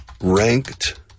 ranked